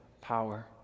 power